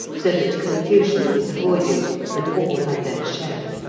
so that confusion was avoided and all had their share.